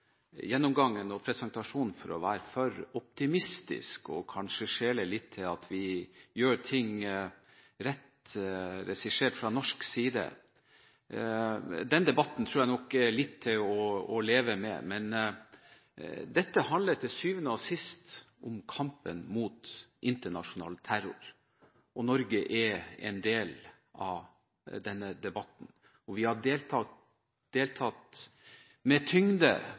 gjennomgangen og presentasjonen for å være for optimistisk, og kanskje skjeler litt til at vi gjør ting rett, regissert fra norsk side. Den debatten er nok til å leve med, men dette handler til syvende og sist om kampen mot internasjonal terror, og Norge er en del av denne kampen. Vi har deltatt med tyngde